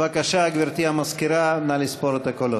בבקשה, גברתי המזכירה, נא לספור את הקולות.